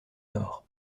nord